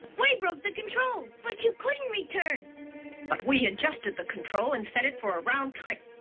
we broke the controls. but you couldn't return. but we adjusted the control, and set it for a round trip.